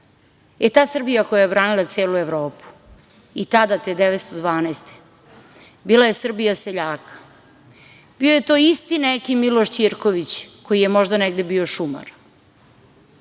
E, ta Srbija koja je branila celu Evropu i tada te 1912. godine bila je Srbija seljaka, bio je to isti neki Miloš Ćirković koji je možda negde bio šumar. Tako